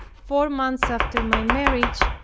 four months after my marriage,